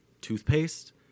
toothpaste